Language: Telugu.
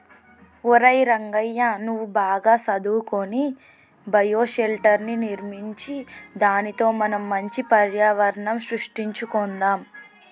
ఒరై రంగయ్య నువ్వు బాగా సదువుకొని బయోషెల్టర్ర్ని నిర్మించు దానితో మనం మంచి పర్యావరణం సృష్టించుకొందాం